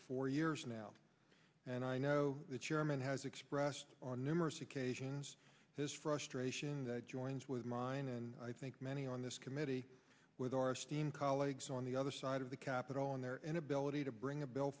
four years now and i know the chairman has expressed on numerous occasions his frustration that joins with mine and i think many on this committee with our esteemed colleagues on the other side of the capitol on their inability to bring a bill